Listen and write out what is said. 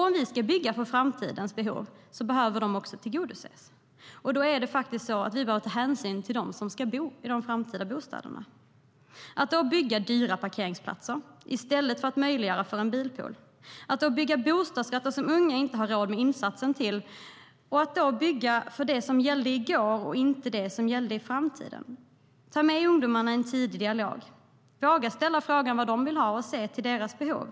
Om vi ska bygga för framtidens behov behöver dessa tillgodoses, och då behöver vi ta hänsyn till dem som ska bo i de framtida bostäderna. Att då bygga dyra parkeringsplatser i stället för att möjliggöra för en bilpool, att då bygga bostadsrätter där unga inte har råd med insatsen, att då bygga för det som gällde i går och inte för det som gäller i framtiden håller inte. Vi måste ha med ungdomarna i en tidig dialog, våga fråga dem vad de vill ha och se till deras behov.